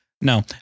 no